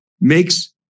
makes